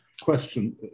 question